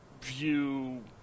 view